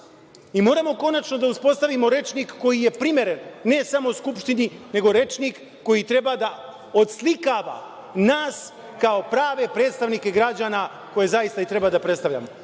strane. Moramo konačno da uspostavimo rečnik koji je primeren ne samo Skupštini, nego rečnik koji treba da odslikava nas kao prave predstavnike građana koje zaista i treba da predstavljamo. Ja